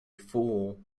fool